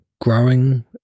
growing